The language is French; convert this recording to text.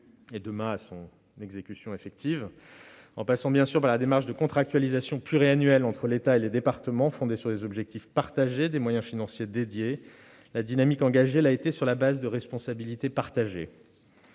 et, demain, à son application, en passant bien sûr par la démarche de contractualisation pluriannuelle entre l'État et les départements, fondée sur des objectifs partagés et des moyens financiers dédiés, la dynamique engagée a été construite sur la base de la responsabilité partagée.